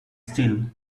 still